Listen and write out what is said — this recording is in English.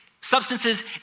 substances